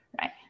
right